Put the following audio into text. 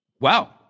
Wow